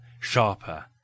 sharper